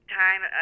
time